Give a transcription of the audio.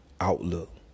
outlook